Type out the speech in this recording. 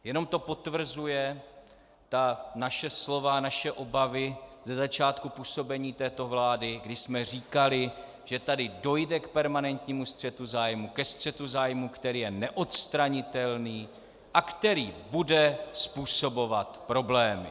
Jenom to potvrzuje naše slova, naše obavy ze začátku působení této vlády, kdy jsme říkali, že tady dojde k permanentnímu střetu zájmů, ke střetu zájmů, který je neodstranitelný a který bude způsobovat problémy.